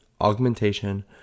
Augmentation